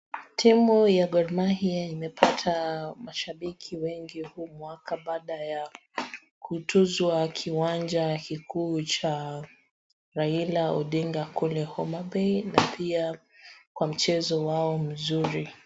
Timu ya Gor Mahia imepata mashambiki wengi huu mwaka baada ya kutuzwa kiwanja kikuu cha Raila Odinga kule Homa Bay na pia kwa mchezo wao mzuri.